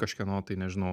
kažkieno tai nežinau